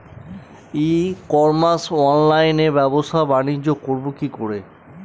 ই commerce অনলাইনে ব্যবসা বানিজ্য করব কি করে?